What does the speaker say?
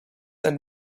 and